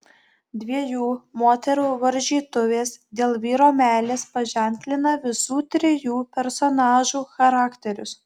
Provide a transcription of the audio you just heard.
dviejų moterų varžytuvės dėl vyro meilės paženklina visų trijų personažų charakterius